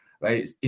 right